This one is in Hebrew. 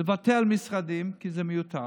לבטל משרדים, כי זה מיותר,